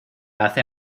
hace